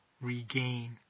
regain